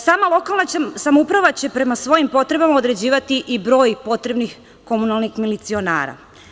Sama lokalna samouprava će prema svojim potrebama određivati i broj potrebnih komunalnih milicionara.